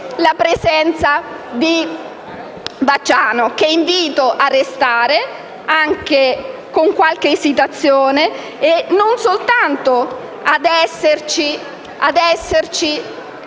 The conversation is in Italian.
la presenza di Vacciano, che invito a restare, anche con qualche esitazione, e non soltanto ad esserci e